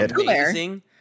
amazing